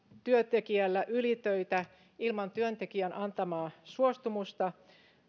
työntekijällä ylitöitä ilman työntekijän antamaa suostumusta